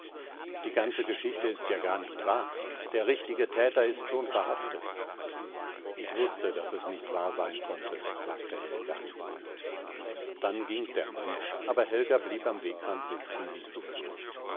die ganze geschichte ist ja gar nicht wahr der richtige täter ist schon verhaftet ich wußte daß es nicht wahr sein konnte sagte helga dann ging der mann aber helga blieb am wegrand sitzen wie zuvor